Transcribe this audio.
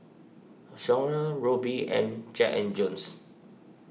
Songhe Rubi and Jack and Jones